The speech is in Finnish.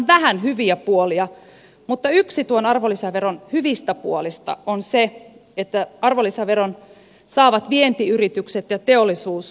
vähän hyviä puolia mutta yksi tuon arvonlisäveron hyvistä puolista on se että arvonlisäveron saavat vientiyritykset ja teollisuus vähentää menoista